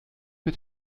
mit